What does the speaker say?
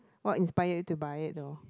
what inspired you to buy it though